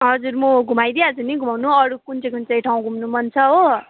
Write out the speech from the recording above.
हजुर म घमुाइदिइहाल्छु नि घुमाउनु अरू कुन चाहिँ कुन ठाउँ घुम्नु मन छ हो